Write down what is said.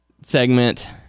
segment